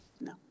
no